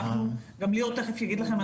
גם ליאור תיכף יגיד לכם.